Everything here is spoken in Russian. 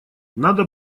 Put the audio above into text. надо